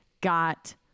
got